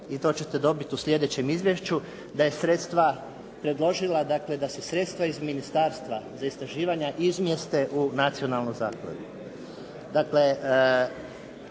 i to ćete dobiti u sljedećem izvješću, da je sredstva predložila, dakle da se sredstva iz ministarstva za istraživanja izmjeste u nacionalnu zakladu.